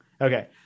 Okay